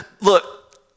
look